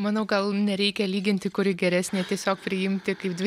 manau gal nereikia lyginti kuri geresnė tiesiog priimti kaip dvi